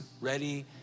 ready